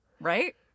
right